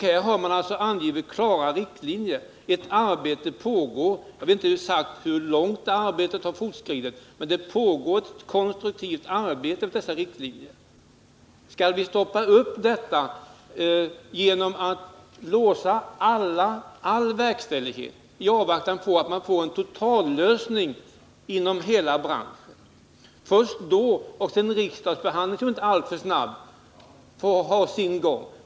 Här har man alltså angivit klara riktlinjer. Ett arbete pågår. Jag vet inte exakt hur långt det arbetet har fortskridit, men det pågår ett konstruktivt arbete efter dessa riktlinjer. Skall vi stoppa upp detta genom att låsa all verkställighet i avvaktan på att man får en totallösning inom hela branschen? Det skall ju också ske en riksdagsbehandling, som inte är alltför snabb, och allt får ha sin gång.